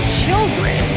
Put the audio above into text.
children